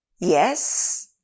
Yes